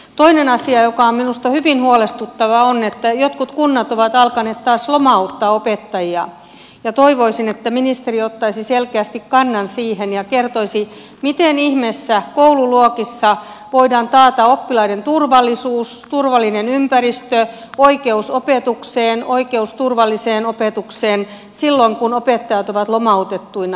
toinen asia joka on minusta hyvin huolestuttava on että jotkut kunnat ovat alkaneet taas lomauttaa opettajia ja toivoisin että ministeri ottaisi selkeästi kannan siihen ja kertoisi miten ihmeessä koululuokissa voidaan taata oppilaiden turvallisuus turvallinen ympäristö oikeus opetukseen oikeus turvalliseen opetukseen silloin kun opettajat ovat lomautettuina